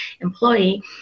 employee